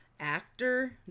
Actor